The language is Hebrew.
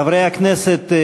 חברי הכנסת,